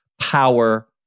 power